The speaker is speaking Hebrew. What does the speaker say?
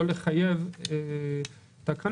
לא לחייב תקנות,